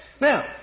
now